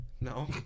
No